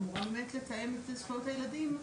אמורה באמת לתאם את זכויות הילדים,